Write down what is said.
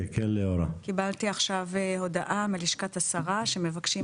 קיבלתי עכשיו הודעה מלשכת השרה שמבקשים